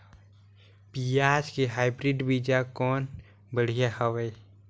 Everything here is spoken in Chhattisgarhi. पियाज के हाईब्रिड बीजा कौन बढ़िया हवय?